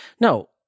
No